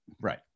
right